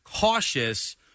cautious